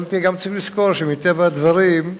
אבל גם צריך לזכור שמטבע הדברים,